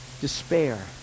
despair